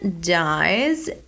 dies